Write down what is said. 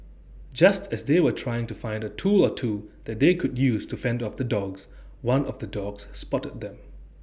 just as they were trying to find A tool or two that they could use to fend off the dogs one of the dogs spotted them